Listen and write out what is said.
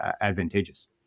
advantageous